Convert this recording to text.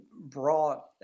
brought